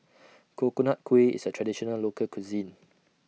Coconut Kuih IS A Traditional Local Cuisine